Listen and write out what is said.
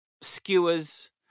skewers